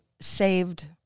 saved